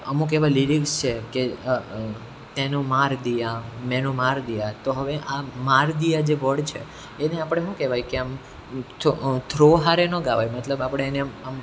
અમુક એવા લિરિક્સ છે કે તેનું માર દિયા મેનું માર દિયા તો હવે આ માર દિયા જે વર્ડ છે એને આપણે શું કહેવાય કે આમ ચો થ્રો સાથે ન ગાવાય મતલબ આપણે એને આમ